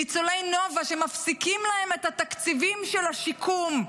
ניצולי נובה, שמפסיקים להם את התקציבים של השיקום.